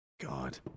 God